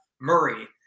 Murray